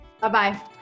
Bye-bye